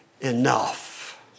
enough